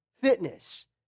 Fitness